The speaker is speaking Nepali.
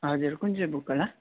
हजुर कुन चाहिँ बुक होला